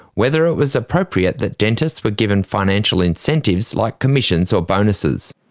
whether it was appropriate that dentists were given financial incentives like commissions or bonuses.